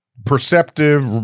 Perceptive